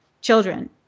children